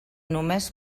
només